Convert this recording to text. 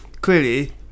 clearly